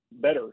better